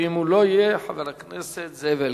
ואם הוא לא יהיה, חבר הכנסת זאב אלקין,